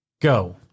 go